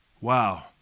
Wow